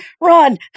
run